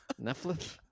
Netflix